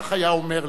כך היה אומר לי.